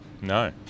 No